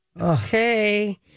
Okay